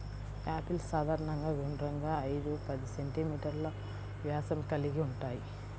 apples సాధారణంగా గుండ్రంగా, ఐదు పది సెం.మీ వ్యాసం కలిగి ఉంటాయి